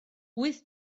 wyth